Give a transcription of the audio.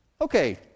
okay